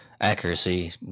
accuracy